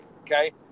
Okay